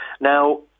Now